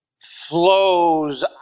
flows